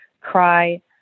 cry